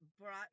brought